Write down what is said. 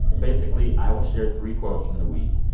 basically, i will share three quotes from the week.